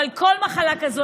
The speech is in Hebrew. אבל כל מחלה כזו,